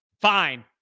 fine